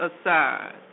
aside